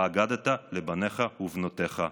והגדת לבניך ולבנותיך.